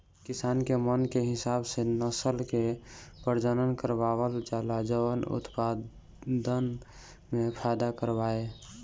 किसान के मन के हिसाब से नसल के प्रजनन करवावल जाला जवन उत्पदान में फायदा करवाए